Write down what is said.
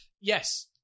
Yes